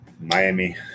Miami